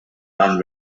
dan